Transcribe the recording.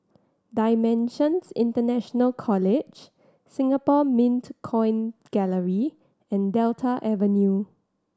Dimensions International College Singapore Mint Coin Gallery and Delta Avenue